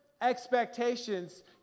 expectations